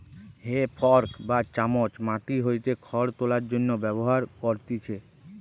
হে fork বা চামচ মাটি হইতে খড় তোলার জন্য ব্যবহার করতিছে